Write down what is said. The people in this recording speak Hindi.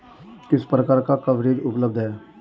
किस प्रकार का कवरेज उपलब्ध है?